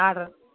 order